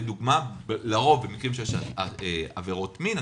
לדוגמה: לרוב במקרים של עבירות מין,